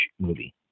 movie